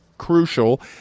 crucial